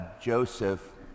Joseph